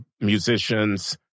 musicians